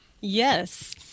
Yes